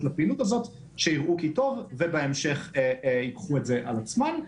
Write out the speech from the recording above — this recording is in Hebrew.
לפעילות הזאת כדי שיראו כי טוב ובהמשך ייקחו את זה על עצמן.